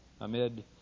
amid